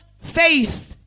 faith